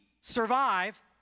survive